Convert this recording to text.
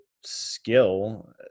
skill